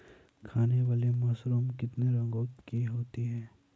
खाने वाली मशरूम कितने रंगों की होती है?